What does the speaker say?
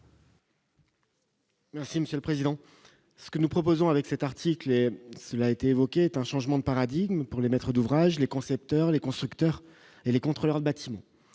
Merci Monsieur le Président, ce que nous proposons avec cet article et cela a été évoqué est un changement de paradigme pour les maîtres d'ouvrage, les concepteurs, les constructeurs et les contrôleurs bâtiment